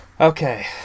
Okay